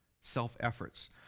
self-efforts